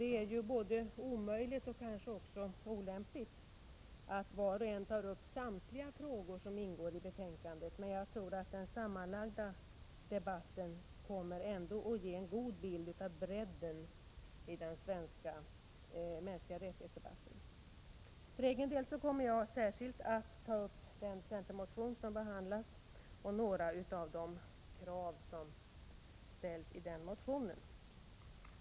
Det är ju både omöjligt och kanske också olämpligt att var och en tar upp samtliga frågor, men jag tror att den sammanlagda debatten ändå kommer att ge en god bild av bredden av och rätten till självbestämmande den svenska debatten. För egen del kommer jag att särskilt beröra den centermotion som behandlas och några av de krav som ställdes där.